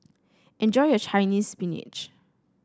enjoy your Chinese Spinach